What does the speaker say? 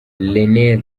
rené